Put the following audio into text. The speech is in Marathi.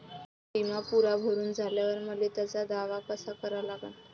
बिमा पुरा भरून झाल्यावर मले त्याचा दावा कसा करा लागन?